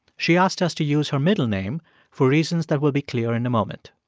she asked us to use her middle name for reasons that will be clear in a moment.